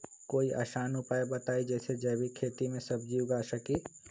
कोई आसान उपाय बताइ जे से जैविक खेती में सब्जी उगा सकीं?